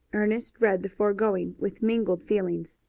ernest read the foregoing with mingled feelings.